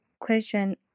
question